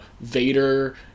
Vader